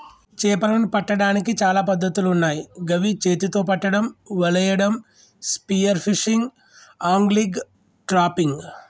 చేపలను పట్టడానికి చాలా పద్ధతులున్నాయ్ గవి చేతితొ పట్టడం, వలేయడం, స్పియర్ ఫిషింగ్, ఆంగ్లిగ్, ట్రాపింగ్